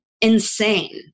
insane